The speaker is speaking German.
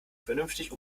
vernünftig